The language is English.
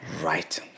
Right